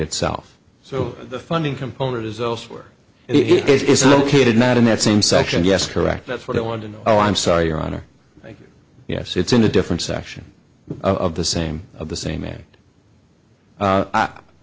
itself so the funding component is elsewhere it is located not in that same section yes correct that's what i wanted to know oh i'm sorry your honor yes it's in a different section of the same of the same